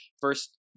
first